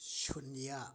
ꯁꯨꯟꯅ꯭ꯌꯥ